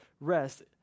rest